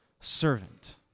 servant